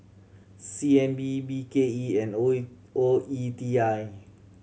C N B B K E and O A O E T I